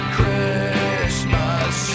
Christmas